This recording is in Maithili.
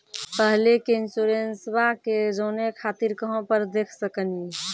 पहले के इंश्योरेंसबा के जाने खातिर कहां पर देख सकनी?